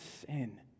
sin